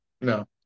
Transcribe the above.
no